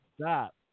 stop